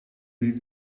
read